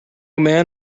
man